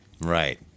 right